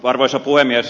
arvoisa puhemies